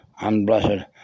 unblessed